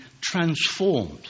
transformed